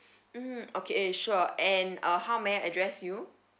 mm okay sure and uh how may I address you